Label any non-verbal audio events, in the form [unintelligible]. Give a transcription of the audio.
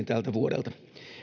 [unintelligible] tältä vuodelta